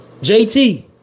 JT